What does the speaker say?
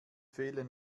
fehlen